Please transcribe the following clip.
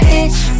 itch